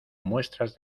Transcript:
muestras